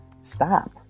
stop